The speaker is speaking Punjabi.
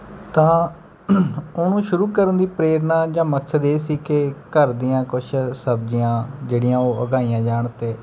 ਤਾਂ ਉਹਨੂੰ ਸ਼ੁਰੂ ਕਰਨ ਦੀ ਪ੍ਰੇਰਨਾ ਜਾਂ ਮਕਸਦ ਇਹ ਸੀ ਕਿ ਘਰ ਦੀਆਂ ਕੁਛ ਸਬਜ਼ੀਆਂ ਜਿਹੜੀਆਂ ਉਹ ਉਗਾਈਆਂ ਜਾਣ ਅਤੇ